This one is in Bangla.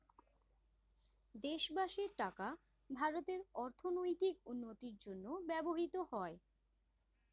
দেশবাসীর টাকা ভারতের অর্থনৈতিক উন্নতির জন্য ব্যবহৃত হয়